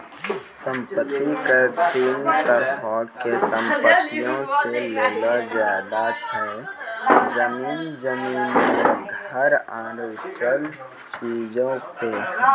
सम्पति कर तीन तरहो के संपत्ति से लेलो जाय छै, जमीन, जमीन मे घर आरु चल चीजो पे